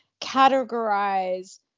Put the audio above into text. categorize